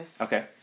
Okay